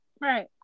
Right